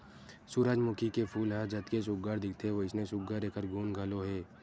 सूरजमूखी के फूल ह जतके सुग्घर दिखथे वइसने सुघ्घर एखर गुन घलो हे